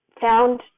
found